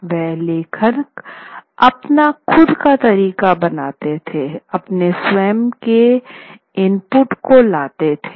वह लेखक अपना खुद का तरीका बनाते थे अपने स्वयं के इनपुट को लाते थे